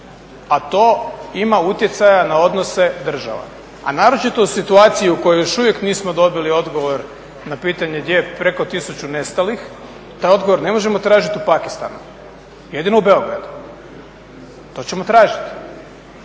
a to ima utjecaja na odnose država, a naročito u situaciji u kojoj još uvijek nismo dobili odgovor na pitanje gdje je preko tisuću nestalih. Taj odgovor ne možemo tražit u Pakistanu, jedino u Beogradu. To ćemo tražiti